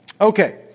Okay